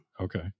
Okay